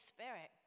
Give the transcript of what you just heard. Spirit